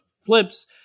flips